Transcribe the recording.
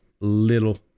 little